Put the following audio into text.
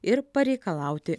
ir pareikalauti